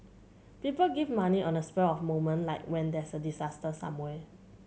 people give money on the spur of moment like when there's a disaster somewhere